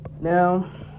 Now